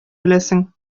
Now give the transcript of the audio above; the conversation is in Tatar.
беләсең